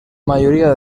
mayoría